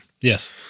Yes